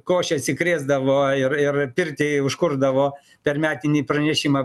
košės įkrėsdavo ir ir pirtį užkurdavo per metinį pranešimą